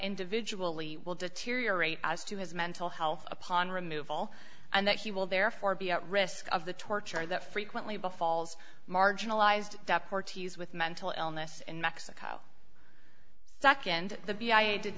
individually will deteriorate as to his mental health upon removal and that he will therefore be at risk of the torture that frequently befalls marginalized parties with mental illness in mexico nd the b i did